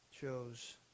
chose